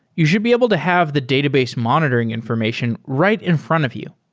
you should be able to have the database monitoring information right in front of you.